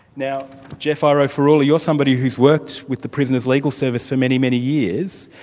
now geoff airo-farulla, you're somebody who's worked with the prisoners' legal service for many, many years